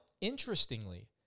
interestingly